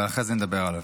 אבל אחרי זה נדבר עליו.